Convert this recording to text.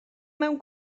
mewn